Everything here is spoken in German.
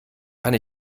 kann